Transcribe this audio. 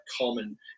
common